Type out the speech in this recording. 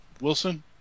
Wilson